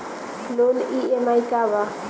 Loan EMI का बा?